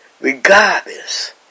Regardless